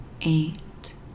eight